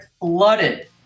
flooded